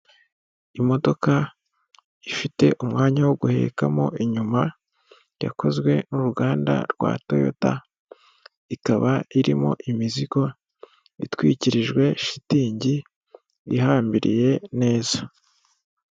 Imodoka ifite umwanya wo guhekamo inyuma, yakozwe n'uruganda rwa Toyota, ikaba irimo imizigo itwikirijwe shitingi, ihambiriye neza.